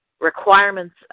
requirements